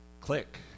click